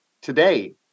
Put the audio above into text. Today